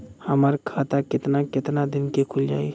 हमर खाता कितना केतना दिन में खुल जाई?